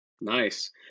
Nice